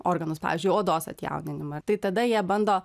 organus pavyzdžiui odos atjauninimą tai tada jie bando